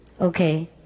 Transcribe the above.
okay